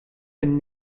been